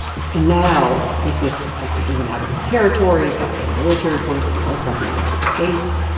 and now isis has been driven out of its territory by a military force led by the united states.